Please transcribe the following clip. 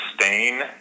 sustain